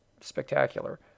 spectacular